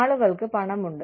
ആളുകൾക്ക് പണമുണ്ട്